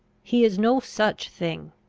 he is no such thing.